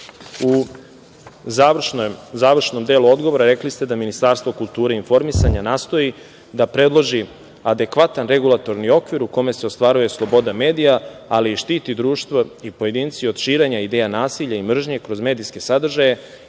u završenom delu odgovora rekli ste da Ministarstvo kulture i informisanja nastoji da predloži adekvatan regulatorni okvir u kome se ostvaruje sloboda medija, ali i štiti društvo i pojedince od širenja ideja nasilja i mržnje kroz medijske sadržaje